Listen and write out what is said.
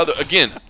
again